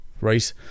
right